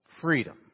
Freedom